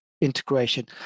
integration